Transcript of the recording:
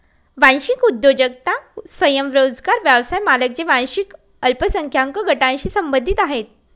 वांशिक उद्योजकता स्वयंरोजगार व्यवसाय मालक जे वांशिक अल्पसंख्याक गटांशी संबंधित आहेत